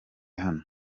hano